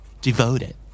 Devoted